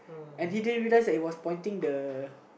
and he didn't realize that it was pointing the